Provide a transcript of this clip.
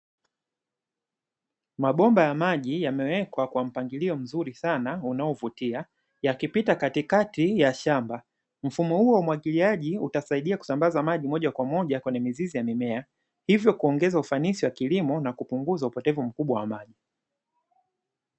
Mabomba ya maji yamewekwa kwa mpangilio mzuri sana unaovutia, yakipita katikati ya shamba. Mfumo huo wa umwagiliaji utasaidia kusambaza maji moja kwa moja kwenye mizizi ya mimea, hivyo kuongeza ufanisi wa kilimo na kupunguza upotevu mkubwa wa maji.